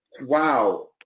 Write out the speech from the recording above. Wow